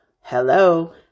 hello